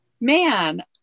man